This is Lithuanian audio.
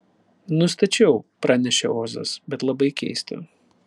nustačiau pranešė ozas bet labai keista